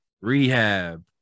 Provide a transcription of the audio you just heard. rehab